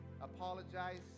apologize